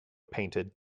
painted